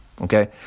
okay